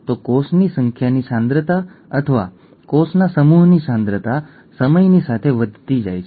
પરંતુ મૂળભૂત સામગ્રી સમાન છે